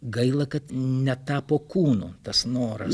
gaila kad netapo kūnu tas noras